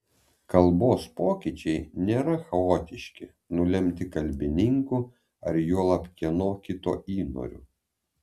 kalbos pokyčiai nėra chaotiški nulemti kalbininkų ar juolab kieno kito įnorių